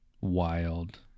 wild